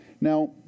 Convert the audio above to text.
Now